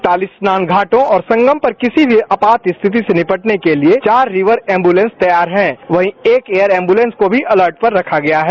ताली स्नान घाटों और संगम पर किसी भी आपातस्थिति से निपटने के लिए चार रिवर एम्ब्लेंस तैयार है वहीं एक एयर एम्बुलेंस को भी अलर्ट पर रखा गया है